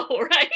right